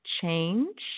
change